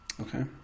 Okay